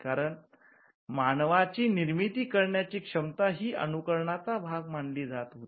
कारण मानवाची निर्मिती करण्याची क्षमता ही अनुकरणाचा भाग मानली जात होती